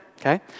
okay